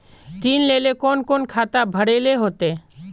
ऋण लेल कोन कोन खाता भरेले होते?